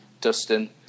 Dustin